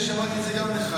כשאני שמעתי את זה גם נחרדתי,